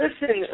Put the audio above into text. Listen